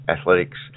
athletics